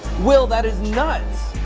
will that is nuts!